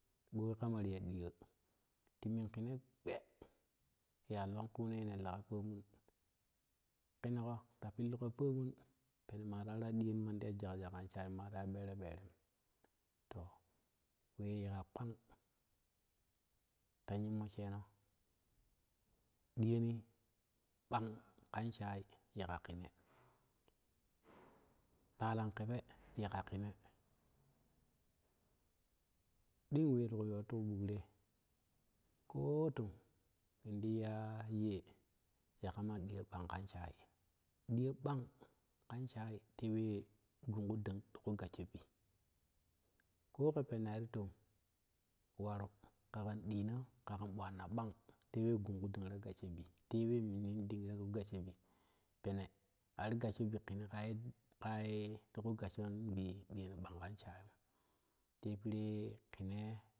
Ɓoi kama ti ya ɗiyo ti mim kene gbe yaa longkuu nee ne lega pomun kene go ta piiligo pomun pere malara diyon mandi ya jaja kan shai maada ya beere to wee yekka kpang ta nyimmo sheeno ɗiye ni kpang kan shai yeka kene twalan kebe yekka kene kene twalan kebe yekka kene ɗing wee ti yooro ti kubuk te koo tong in di ya yee ya kama ɗiyo kpang kan shai diyo kpang kan shai gun kudang tipo gassho bi ko ke penna ti tong waru kagen diino kagon bwanna bang tee we gun kudang ta gasshe bi tewe minin ding ta gassho bi pene ati gassho bi kene kaye kaye ti ku gasshon bi niyo ding kan shayum te pere kenee.